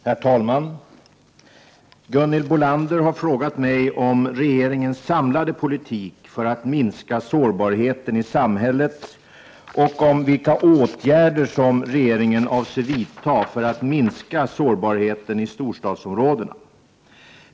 Herr talman! Gunhild Bolander har frågat mig om regeringens samlade politik för att minska sårbarheten i samhället och om vilka åtgärder som regeringen avser vidta för att minska sårbarheten i storstadsområdena.